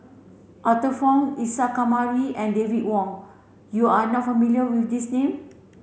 Arthur Fong Isa Kamari and David Wong you are not familiar with these name